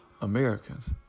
Americans